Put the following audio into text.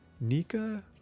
Nika